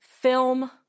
film